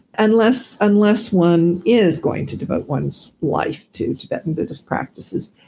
unless unless one is going to devote one's life to tibetan buddhist practices.